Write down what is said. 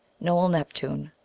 noel neptune,